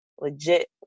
legit